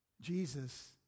Jesus